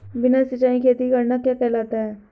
बिना सिंचाई खेती करना क्या कहलाता है?